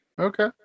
Okay